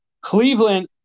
Cleveland